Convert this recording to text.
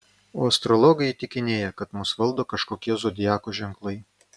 o astrologai įtikinėja kad mus valdo kažkokie zodiako ženklai